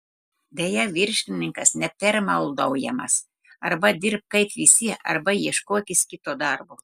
deja viršininkas nepermaldaujamas arba dirbk kaip visi arba ieškokis kito darbo